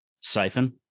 siphon